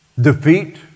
Defeat